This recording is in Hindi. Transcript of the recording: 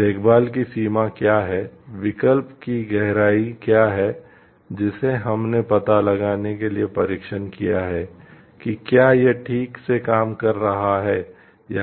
देखभाल की सीमा क्या है विकल्प की गहराई क्या है जिसे हमने पता लगाने के लिए परीक्षण किया है कि क्या यह ठीक से काम कर रहा है या नहीं